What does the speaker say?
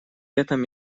этом